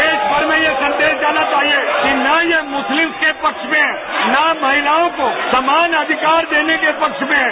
देशभर में यह संदेश जाना चाहिए कि न ये मुस्तिम के पक्ष में न महिलाओं को समान अधिकार देने के पक्ष में हैं